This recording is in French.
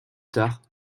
tard